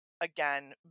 again